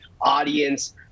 audience